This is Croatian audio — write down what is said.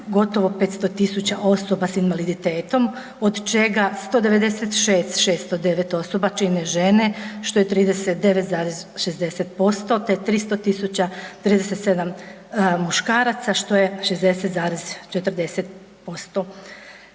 gotovo 500 000 osoba s invaliditetom, od čega 196 609 osoba čine žene, što je 39,60%, te 300 037 muškaraca, što je 60,40%.